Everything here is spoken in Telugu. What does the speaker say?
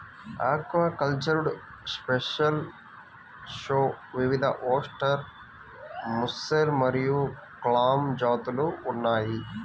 ఆక్వాకల్చర్డ్ షెల్ఫిష్లో వివిధఓస్టెర్, ముస్సెల్ మరియు క్లామ్ జాతులు ఉన్నాయి